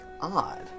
odd